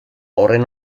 horren